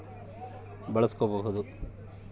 ನಮ್ಮ ಸ್ವಂತಕ್ಕ ಏನಾರಬೇಕಂದ್ರ ನಮ್ಮ ಸ್ವಂತ ಖಾತೆ ಬಳಸ್ಕೋಬೊದು